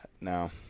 No